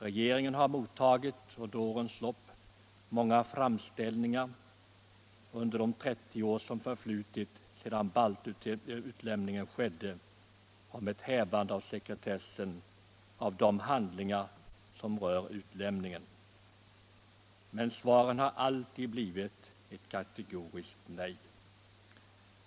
Regeringen har mottagit många framställningar, under de 30 Tisdagen den år som förflutit sedan baltutlämningen skedde, om ett hävande av se 23 mars 1976 kretessen på de handlingar som rör utlämningen, men svaret har alltid blivit kategoriskt nej.